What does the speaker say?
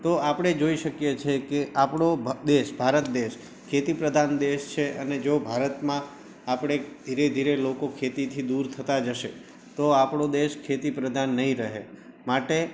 તો આપણે જોઈ શકીએ છીએ કે આપણો દેશ ભારત દેશ ખેતીપ્રધાન દેશ છે અને જો ભારતમાં આપણે ધીરે ધીરે લોકો ખેતીથી દૂર થતા જશે તો આપણો દેશ ખેતીપ્રધાન નહીં રહે માટે